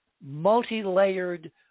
multi-layered